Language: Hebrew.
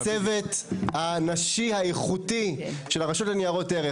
הצוות הנשי האיכותי של הרשות לניירות ערך